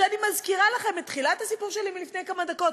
ואני מזכירה לכם את תחילת הסיפור שלי מלפני כמה דקות,